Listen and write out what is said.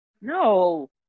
No